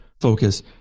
focus